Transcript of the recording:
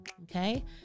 Okay